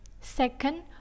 Second